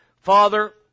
Father